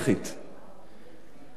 וזה שילוב קטלני,